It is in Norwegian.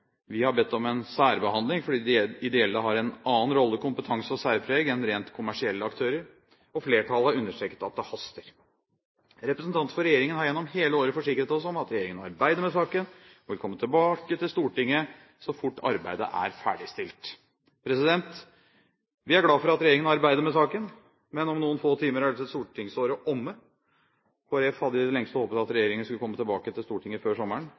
Vi har bedt om en særbehandling fordi de ideelle har en annen rolle, annen kompetanse og annet særpreg enn rent kommersielle aktører, og flertallet har understreket at det haster. Representanter for regjeringen har gjennom hele året forsikret oss om at regjeringen arbeider med saken og vil komme tilbake til Stortinget så fort arbeidet er ferdigstilt. Vi er glad for at regjeringen arbeider med saken, men om noen få timer er dette stortingsåret omme. Kristelig Folkeparti hadde i det lengste håpet at regjeringen skulle komme tilbake til Stortinget før sommeren,